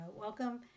welcome